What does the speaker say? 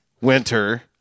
Winter